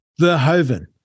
Verhoeven